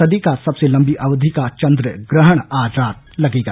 सदी का सबसे लंबी अवधि का चन्द्र ग्रहण आज रात लगेगा